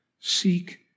seek